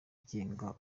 agenga